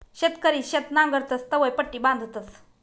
शेतकरी शेत नांगरतस तवंय पट्टी बांधतस